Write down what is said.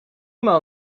maal